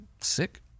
sick